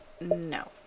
No